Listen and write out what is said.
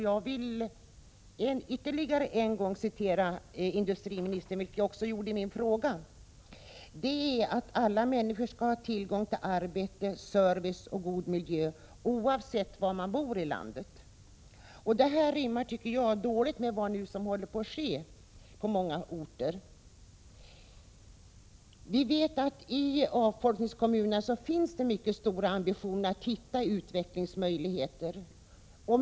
Jag vill ytterligare en gång citera industriministern, vilket jag även gjorde i min fråga: ”Regionalpolitikens mål är att alla människor skall ha tillgång till arbete, service och en god miljö, oavsett var man bor i landet.” Detta rimmar dåligt med vad som nu håller på att ske på många orter. Vi vet att man i avfolkningskommunerna har mycket stora ambitioner att finna utvecklingsmöjligheter.